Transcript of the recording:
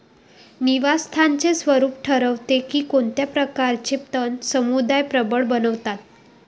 निवास स्थानाचे स्वरूप ठरवते की कोणत्या प्रकारचे तण समुदाय प्रबळ बनतात